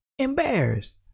embarrassed